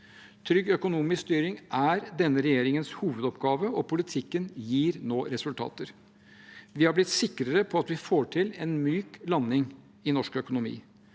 Trygg økonomisk styring er denne regjeringens hovedoppgave, og politikken gir nå resultater. Vi har blitt sikrere på at vi får til en myk landing i norsk økonomi.